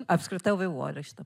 apskrita vaivorykštė